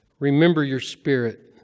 remember your spirit.